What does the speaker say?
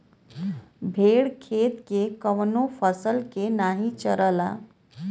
भेड़ खेत के कवनो फसल के नाही चरला